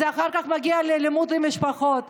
וזה אחר כך מגיע לאלימות במשפחות.